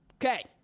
okay